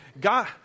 God